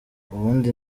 ubundi